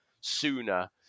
sooner